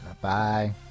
Bye